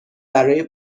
برای